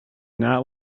not